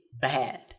bad